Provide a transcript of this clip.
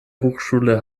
hochschule